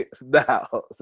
now